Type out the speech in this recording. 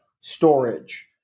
storage